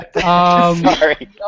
Sorry